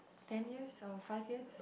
ten years or five years